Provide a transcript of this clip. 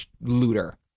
looter